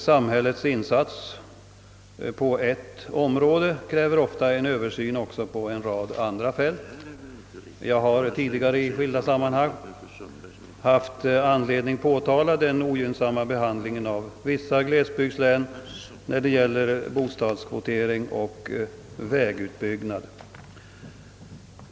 Samhällets insats på ett område kräver ofta en översyn också på en rad andra fält. Jag har tidigare i skilda sammanhang haft anledning påtala den ogynnsamma behandlingen av vissa glesbygdslän när det gäller bostadskvoteringen och vägutbyggnaden.